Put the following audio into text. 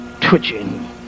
twitching